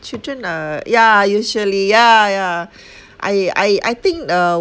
children uh ya usually ya ya I I I think uh